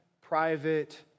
private